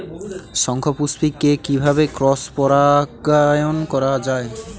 শঙ্খপুষ্পী কে কিভাবে ক্রস পরাগায়ন করা যায়?